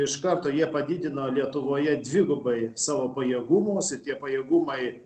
iš karto jie padidino lietuvoje dvigubai savo pajėgumus ir tie pajėgumai